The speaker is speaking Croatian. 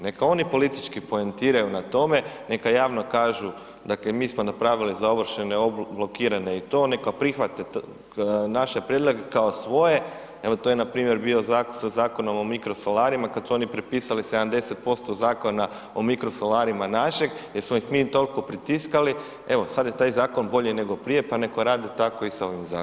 Neka oni politički poentiraju na tome, neka javno kažu dakle mi smo napravili za ovršene, blokirane i to, neka prihvate naše kao svoje, evo to je npr. bio sa Zakonom o mikrosolarima, kad su oni prepisali 70% Zakona o mikrosolarima našeg jer smo ih mi toliko pritiskali, evo, sad je taj zakon bolji nego prije pa neka rade tako i sa ovim